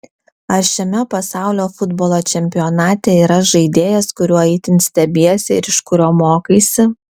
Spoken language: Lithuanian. ar šiame pasaulio futbolo čempionate yra žaidėjas kuriuo itin stebiesi ir iš kurio mokaisi